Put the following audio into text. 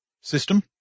system